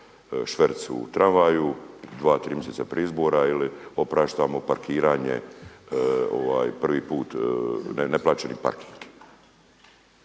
šverc u tramvaju dva, tri mjeseca prije izbora ili opraštamo parkiranje prvi put, neplaćeni parking.